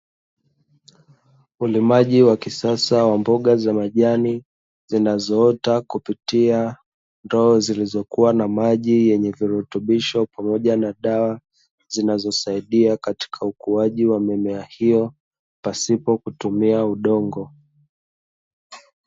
Ulimaji wa kisasa wa mboga za majani, zinazoota kupitia ndoo zilizo kuwa na maji yenye virutubisho pamoja na dawa, zinazosaidia katika ukuaji wa mimea hiyo pasipo kutumia udongo.